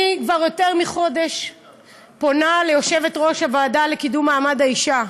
אני כבר יותר מחודש פונה ליושבת-ראש הוועדה לקידום מעמד האישה,